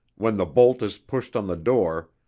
when the bolt is pushed on the door,